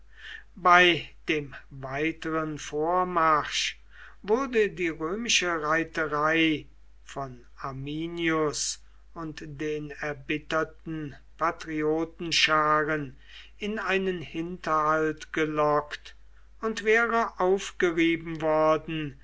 bei dem weiteren vormarsch wurde die römische reiterei von arminius und den erbitterten patriotenscharen in einen hinterhalt gelockt und wäre aufgerieben worden